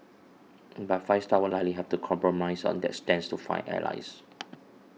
but Five Star would likely have to compromise on that stand to find allies